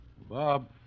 Bob